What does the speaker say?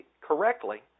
correctly